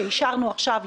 שאישרנו עכשיו,